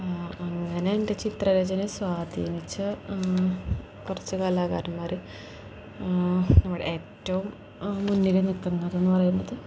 അങ്ങനെയെൻ്റെ ചിത്രരചനയെ സ്വാധീനിച്ച കുറച്ച് കലാകാരന്മാർ നമ്മുടെ ഏറ്റവും മുന്നിൽ നിൽക്കുന്നതെന്നു പറയുന്നത്